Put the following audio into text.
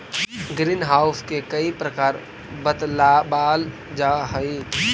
green house के कई प्रकार बतलावाल जा हई